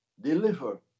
deliver